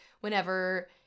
whenever